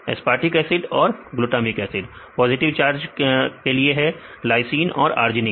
aspartic acid और glutamic acid positive charge है lysine और अर्जिनिन